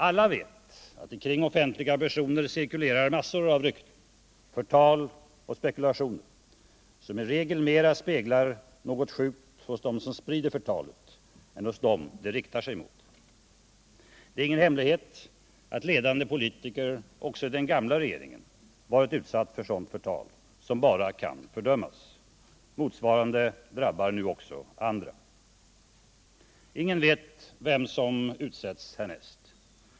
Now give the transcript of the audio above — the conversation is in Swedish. Alla vet att det kring offentliga personer cirkulerar massor av rykten, förtal och spekulationer, som i regel mera speglar något sjukt hos dem som sprider förtalet än hos dem det riktar sig mot. Det är ingen hemlighet att ledande politiker också i den gamla regeringen varit utsatta för sådant förtal, som bara kan fördömas. Motsvarande drabbar nu också andra. Ingen vet vem som utsätts härnäst.